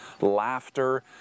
laughter